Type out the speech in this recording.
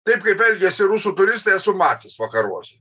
taip kaip elgiasi rusų turistai esu matęs vakaruose